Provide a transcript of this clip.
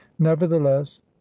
nevertheless